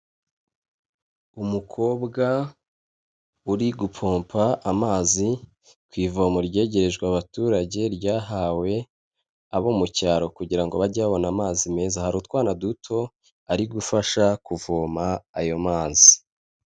Umukobwa uri gupompa amazi ku ivomo ryegerejwe abaturage ryahawe abo mu cyaro kugira ngo bajye babone amazi meza, hari utwana duto ari gufasha kuvoma ayo mazi.